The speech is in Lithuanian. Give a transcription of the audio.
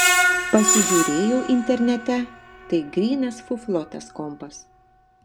pasižiūrėjau internete tai grynas fuflo tas kompas